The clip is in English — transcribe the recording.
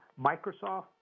Microsoft